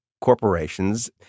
corporations